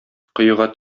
коега